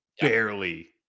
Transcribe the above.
barely